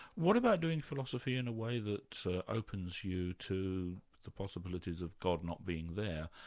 what about doing philosophy in a way that opens you to the possibilities of god not being there?